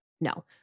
No